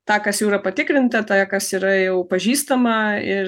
tą kas jau yra patikrinta tą kas yra jau pažįstama ir